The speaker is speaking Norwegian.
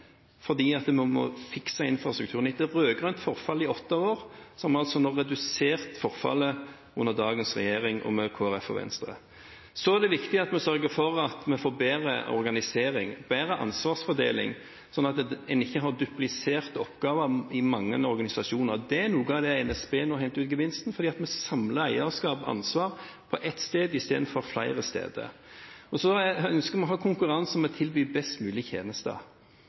fordi vi må fikse infrastrukturen. Etter rød-grønt forfall i åtte år har vi, sammen med Kristelig Folkeparti og Venstre, redusert forfallet under dagens regjering, Det er viktig at vi sørger for å få bedre organisering, bedre ansvarsfordeling, sånn at en ikke har duplisert oppgavene i mange organisasjoner. Der er noe av det NSB nå henter ut gevinsten av, fordi vi samler eierskap og ansvar på ett sted i stedet for på flere. Så ønsker vi å ha konkurranse om å tilby best mulige tjenester,